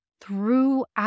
throughout